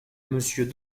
monsieur